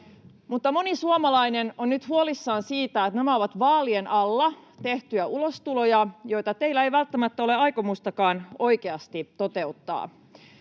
Mutta moni suomalainen on nyt huolissaan siitä, että nämä ovat vaalien alla tehtyä ulostuloja, joita teillä ei välttämättä ole aikomustakaan oikeasti toteuttaa.